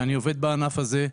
ואני עובד בענף הזה,